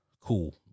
cool